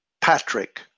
Patrick